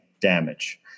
damage